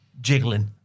jiggling